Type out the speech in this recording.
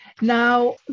Now